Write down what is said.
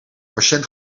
patiënt